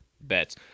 bets